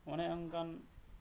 ᱚᱱᱮ ᱚᱱᱠᱟᱱ